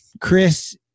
Chris